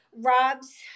robs